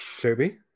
Toby